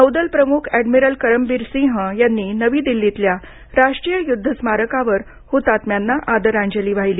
नौदल प्रमुख अॅडमिरल करमबिर सिंह यांनी नवी दिल्लीतल्या राष्ट्रीय युद्ध स्मारकावर हुतात्म्यांना आदरांजली वाहिली